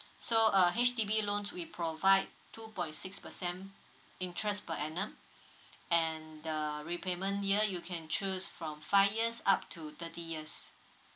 so uh H_D_B loans we provide two point six percent interest per annum and the repayment year you can choose from five years up to thirty years